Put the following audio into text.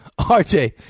RJ